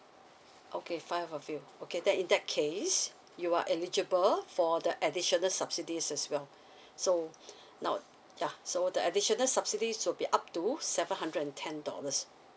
okay five of you okay then in that case you are eligible for the additional subsidies as well so now ya so the additional subsidies will be up to seven hundred and ten dollars